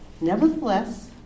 Nevertheless